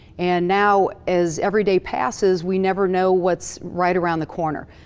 and now, as every day passes, we never know what's right around the corner.